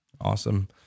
Awesome